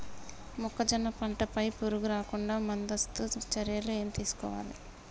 మొక్కజొన్న పంట పై పురుగు రాకుండా ముందస్తు చర్యలు ఏం తీసుకోవాలి?